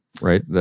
right